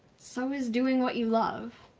so is doing what you love.